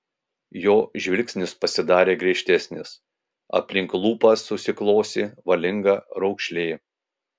jo žvilgsnis pasidarė griežtesnis aplink lūpas susiklosi valinga raukšlė